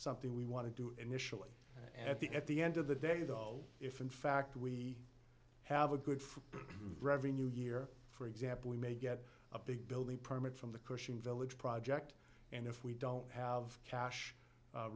something we want to do initially at the at the end of the day though if in fact we have a good for revenue year for example we may get a big building permit from the question village project and if we don't have cash